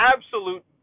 Absolute